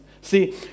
See